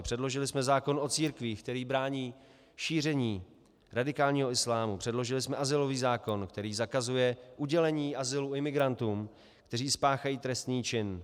Předložili jsme zákon o církvích, který brání šíření radikálního islámu, předložili jsme azylový zákon, který zakazuje udělení azylu imigrantům, kteří spáchají trestný čin.